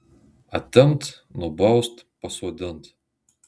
atimt nubaust pasodint